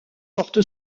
porte